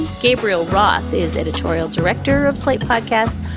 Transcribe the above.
gabriel roth is editorial director of slate podcast.